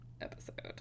episode